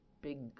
big